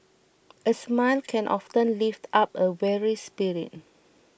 a smile can often lift up a weary spirit